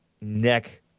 neck